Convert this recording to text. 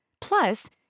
Plus